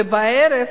ובערב,